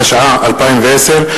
התשע”א 2010,